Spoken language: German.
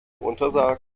untersagt